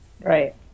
Right